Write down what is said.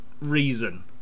reason